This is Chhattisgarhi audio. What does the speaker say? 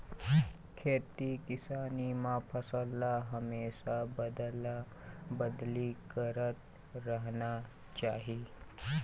खेती किसानी म फसल ल हमेशा अदला बदली करत रहना चाही